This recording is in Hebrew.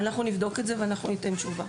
נבדוק את זה וניתן תשובה.